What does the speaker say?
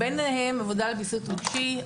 ביניהם עבודה על ויסות רגשי,